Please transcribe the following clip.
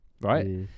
right